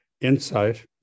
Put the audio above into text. Insight